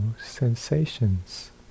sensations